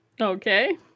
okay